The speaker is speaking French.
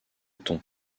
tons